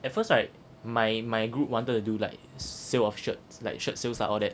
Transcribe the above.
at first right my my group wanted to do like sale of shirts like shirt sales lah all that